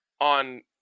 on